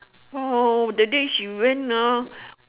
oh the day she went ah